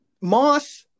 Moss